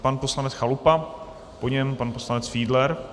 Pan poslanec Chalupa, po něm pan poslanec Fiedler.